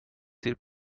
دیر